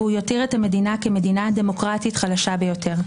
והוא יותיר את המדינה כמדינה דמוקרטית חלשה ביותר.